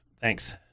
Thanks